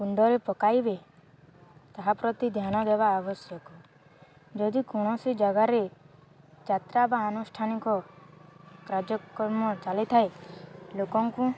କୁଣ୍ଡରେ ପକାଇବେ ତାହା ପ୍ରତି ଧ୍ୟାନ ଦେବା ଆବଶ୍ୟକ ଯଦି କୌଣସି ଜାଗାରେ ଯାତ୍ରା ବା ଅନୁଷ୍ଠାନିକ କାର୍ଯ୍ୟକ୍ରମ ଚାଲିଥାଏ ଲୋକଙ୍କୁ